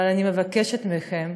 אבל אני מבקשת מכם,